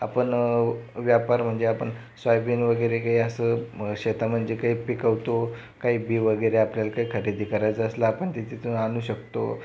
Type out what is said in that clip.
आपण व्यापार म्हणजे आपण सोयाबीन वगैरे कही असं शेतामंजे काय पिकवतो काही बी वगैरे आपल्याला काही खरेदी करायचं असलं आपण ते तिथून आणू शकतो